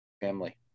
...Family